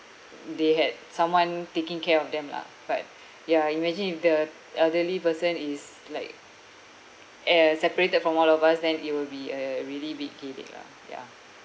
they had someone taking care of them lah but ya imagine if the elderly person is like uh separated from all of us then it will be a really big headache lah ya